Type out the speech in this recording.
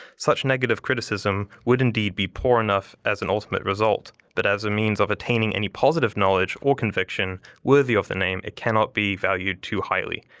such negative criticism would indeed be poor enough as an ultimate result, but as a means of attaining any positive knowledge or conviction worthy of the name it cannot be valued too highly.